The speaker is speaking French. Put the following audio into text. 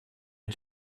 est